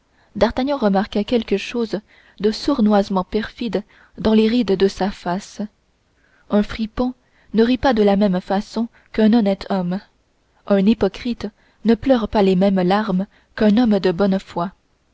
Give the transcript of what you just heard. remarqua quelque chose de sournoisement perfide dans l'habitude des rides de sa face un fripon ne rit pas de la même façon qu'un honnête homme un hypocrite ne pleure pas les mêmes larmes qu'un homme de bonne foi